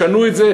ישנו את זה.